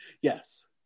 Yes